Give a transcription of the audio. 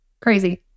Crazy